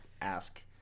ask